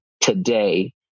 today